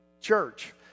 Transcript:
church